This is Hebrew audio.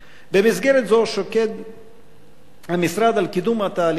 במסגרת זו המשרד שוקד על קידום התהליכים לייצוב,